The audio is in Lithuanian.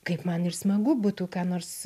kaip man ir smagu būtų ką nors